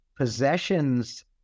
possessions